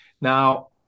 Now